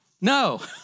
No